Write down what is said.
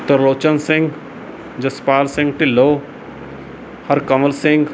Tarlochan Singh Jaspal Singh Dhillon Harkamal Singh